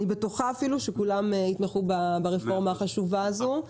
אני בטוחה אפילו שכולם יתמכו ברפורמה החשובה הזו.